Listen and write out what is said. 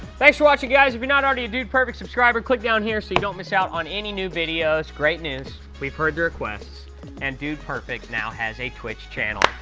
thanks for watching guys, if you're not already a dude perfect subscriber click down here so you don't miss out on any new videos. great news, we've heard the requests and dude perfect now has a twitch channel.